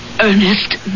Ernest